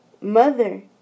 mother